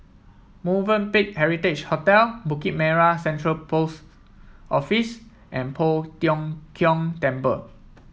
Movenpick Heritage Hotel Bukit Merah Central Post Office and Poh Tiong Kiong Temple